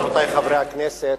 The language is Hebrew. רבותי חברי הכנסת,